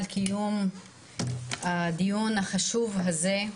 על קיום הדיון החשוב הזה.